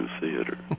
theater